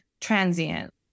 transient